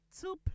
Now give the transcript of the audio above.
Two